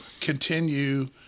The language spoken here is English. continue